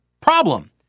problem